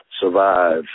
survive